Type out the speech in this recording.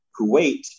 Kuwait